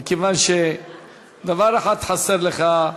מכיוון שדבר אחד חסר לך,